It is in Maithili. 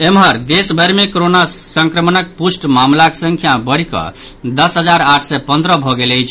एम्हर देशभरि मे कोरोना संक्रमणक पुष्ट मामिलाक संख्या बढ़ि कऽ दस हजार आठ सय पन्द्रह भऽ गेल अछि